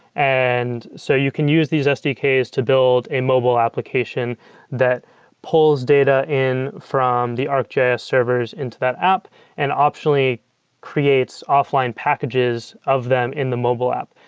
and so you can use these sdks to build a mobile application that pulls data in from the arcgis servers into that app and optionally creates offline packages of them in the mobile app.